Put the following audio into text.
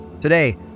Today